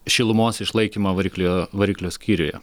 šilumos išlaikymą variklio variklio skyriuje